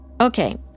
Okay